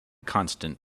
constant